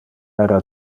era